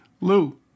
Lou